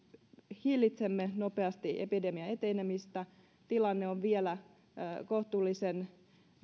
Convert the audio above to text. hillitsemme nopeasti epidemian etenemistä tilanne on vielä kohtuullisen